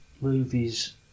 movies